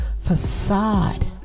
facade